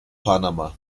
panama